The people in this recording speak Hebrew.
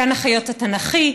גן החיות התנ"כי,